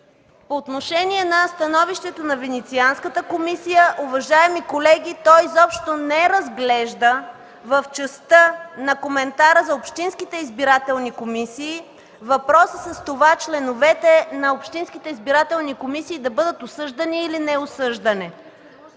По отношение на становището на Венецианската комисия, уважаеми колеги, то изобщо не разглежда в частта на коментара за общинските избирателни комисии въпроса с това членовете на общинските избирателни комисии да бъдат осъждани или неосъждани,